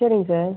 சரிங்க சார்